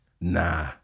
nah